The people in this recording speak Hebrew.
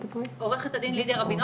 עורכת הדין לידיה רבינוביץ,